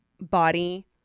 body